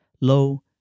Lo